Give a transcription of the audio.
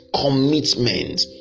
commitment